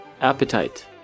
Appetite